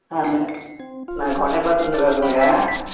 ஆ அண்ணே நான் கொங்கர்பாளையத்துலருந்து பேசுகிறேங்க